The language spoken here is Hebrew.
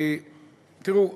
תראו,